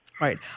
Right